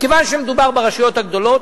מכיוון שמדובר ברשויות הגדולות,